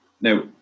now